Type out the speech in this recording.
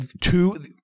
Two-